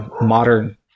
modern